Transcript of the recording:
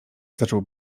zaczął